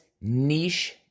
niche